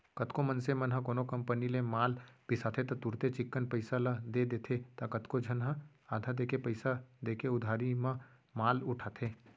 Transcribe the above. कतको मनसे मन ह कोनो कंपनी ले माल बिसाथे त तुरते चिक्कन पइसा ल दे देथे त कतको झन ह आधा देके पइसा देके उधारी म माल उठाथे